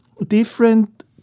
different